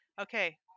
okay